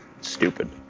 stupid